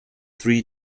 three